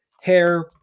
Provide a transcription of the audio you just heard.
hair